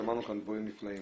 שמענו כאן דברים נפלאים.